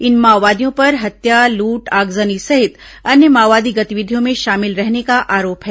इन माओवादियों पर हत्या लूट आगजनी सहित अन्य माओवादी गतिविधियों में शामिल रहने का आरोप है